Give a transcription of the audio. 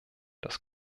das